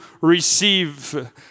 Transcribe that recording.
receive